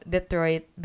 Detroit